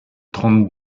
trente